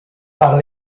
par